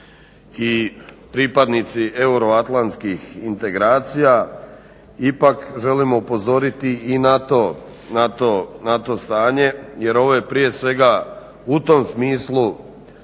i pripadnici euroatlantskih integracija ipak želimo upozoriti i na to stanje jer ovo je prije svega u tom smislu